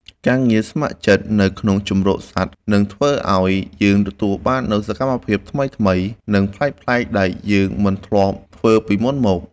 ការងារស្ម័គ្រចិត្តនៅក្នុងជម្រកសត្វ នឹងធ្វើឲ្យយើងទទួលបាននូវសកម្មភាពថ្វីៗ និងប្លែកៗដែលយើងមិនធ្លាប់ធ្វើពីមុនមក។